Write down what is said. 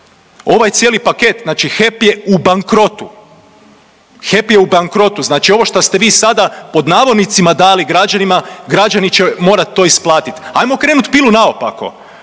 Ovaj cijeli paket, znači HEP je u bankrotu, HEP je u bankrotu, znači ovo šta ste vi sada „dali“ građanima, građani će morat to isplatit. Ajmo okrenut pilu naopako,